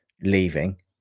leaving